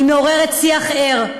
היא מעוררת שיח ער,